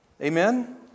Amen